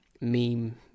meme